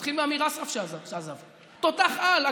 נתחיל מאמיר אסרף, שעזב, תותח-על.